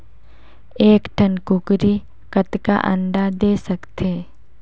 एक ठन कूकरी कतका अंडा दे सकथे?